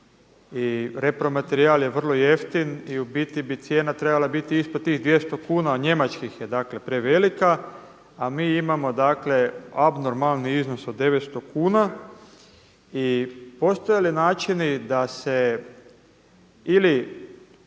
i repromaterijal je vrlo jeftin i u biti bi cijena trebala biti ispod tih 200 kuna, njemačkih je dakle prevelika a mi imamo dakle abnormalni iznos od 900 kuna. I postoje li načini da se ili